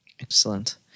Excellent